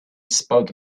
spoke